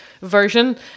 version